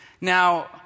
Now